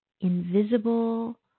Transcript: invisible